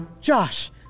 Josh